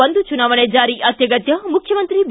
ಒಂದು ಚುನಾವಣೆ ಜಾರಿ ಅತ್ಯಗತ್ಯ ಮುಖ್ಯಮಂತ್ರಿ ಬಿ